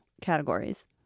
categories